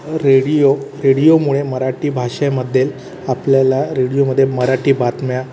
radio रेडिओमुळे मराठी भाषेमध्ये आपल्याला रेडिओमध्ये मराठी बातम्या